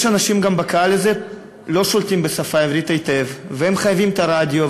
יש אנשים בקהל הזה שלא שולטים בשפה העברית היטב והם חייבים את הרדיו.